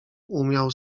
umiał